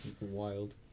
wild